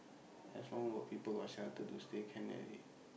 as long got people got sell can already